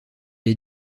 est